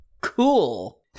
cool